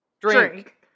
drink